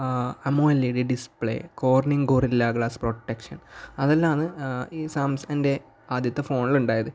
AMOLED display Corning Gorilla glass protection അതല്ലാമാണ് ഈ സാംസങ്ങിൻ്റെ ആദ്യത്തെ ഫോണിൽ ഉണ്ടായത്